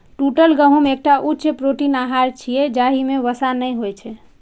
टूटल गहूम एकटा उच्च प्रोटीन आहार छियै, जाहि मे वसा नै होइ छै